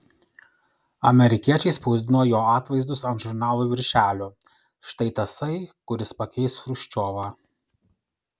amerikiečiai spausdino jo atvaizdus ant žurnalų viršelių štai tasai kuris pakeis chruščiovą